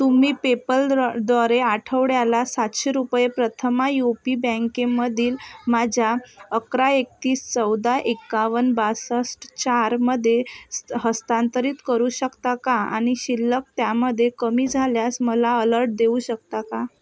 तुम्ही पेपल द्र द्वारे आठवड्याला सातशे रुपये प्रथमा यू पी बँकेमधील माझ्या अकरा एकतीस चौदा एकावन्न बासष्ट चारमध्ये हस्तांतरित करू शकता का आणि शिल्लक त्यापेक्षा कमी झाल्यास मला अलर्ट देऊ शकता का